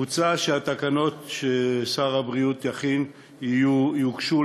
מוצע שהתקנות ששר הבריאות יכין יוגשו